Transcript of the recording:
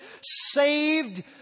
saved